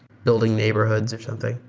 building neighborhoods or something.